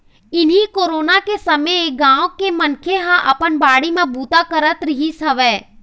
इहीं कोरोना के समे गाँव के मनखे ह अपन बाड़ी म बूता करत रिहिस हवय